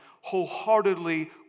wholeheartedly